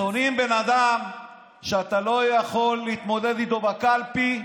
שונאים בן אדם שאתה לא יכול להתמודד איתו בקלפי,